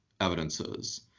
evidences